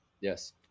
Yes